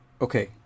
Okay